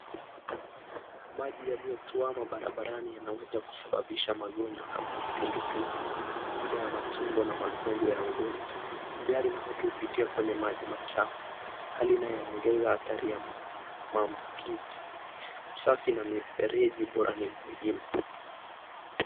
Maji yaliyotwama mabarabarani yanaweza kusababisha magonjwa kama kipindupindu, homa ya matumbo na magonjwa ya ngozi. Gari na watu hupitia kwenye maji machafu hali inayo ongeza hatari ya mambukizi. Usafi na mifereji bora ni muhimu.